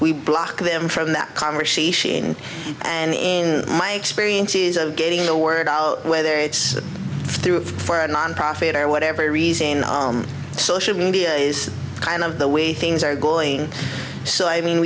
we block them from that conversation and in my experiences of getting the word out whether it's true for a nonprofit or whatever reason social media is kind of the way things are going so i mean